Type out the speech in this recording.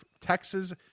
Texas